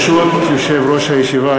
ברשות יושב-ראש הישיבה,